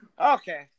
Okay